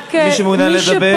מי שמעוניין לדבר,